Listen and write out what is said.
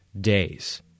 days